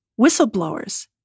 whistleblowers